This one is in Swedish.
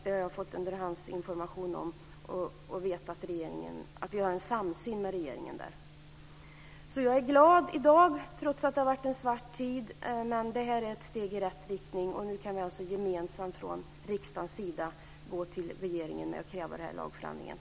Det har jag fått underhandsinformation om. Jag vet därför att vi och regeringen har en samsyn där. Jag är alltså glad i dag, trots att det varit en svart tid. Det här är ett steg i rätt riktning, och nu kan vi gemensamt från riksdagen gå till regeringen med krav på en lagändring här.